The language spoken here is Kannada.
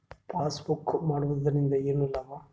ಪಾಸ್ಬುಕ್ ಮಾಡುದರಿಂದ ಏನು ಲಾಭ?